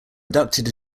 inducted